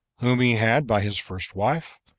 whom he had by his first wife,